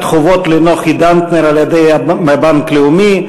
חובות לנוחי דנקר על-ידי בנק לאומי.